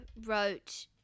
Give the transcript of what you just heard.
wrote